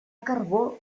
carbó